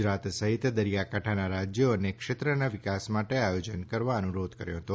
ગુજરાત સહિત દરિયાકાંઠાના રાજયો અને ક્ષેત્રના વિકાસ માટે આયોજન કરવા અનુરોધ કર્યો હતો